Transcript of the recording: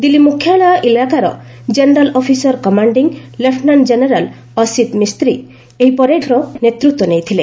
ଦିଲ୍ଲୀ ମୁଖ୍ୟାଳୟ ଇଲାକାର general officer commanding lieutenant general Asit Mistry ଏହି ପରେଡ୍ର ନେତୃତ୍ୱ ନେଇଥିଲେ